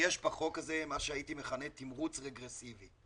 שיש בחוק הזה מה שהייתי מכנה תמרוץ רגרסיבי.